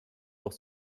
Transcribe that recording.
doch